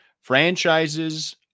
Franchises